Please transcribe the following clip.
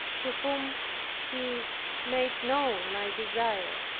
to whom she made known my desire.